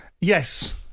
Yes